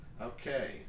Okay